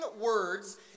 words